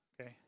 okay